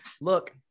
look